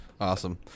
awesome